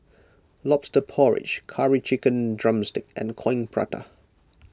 Lobster Porridge Curry Chicken Drumstick and Coin Prata